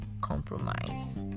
compromise